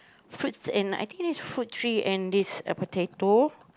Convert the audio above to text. fruits in I think this fruit tree and this uh potato